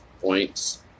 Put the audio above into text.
Points